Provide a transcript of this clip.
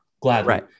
gladly